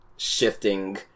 shifting